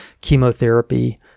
chemotherapy